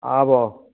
आबऽ